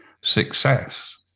success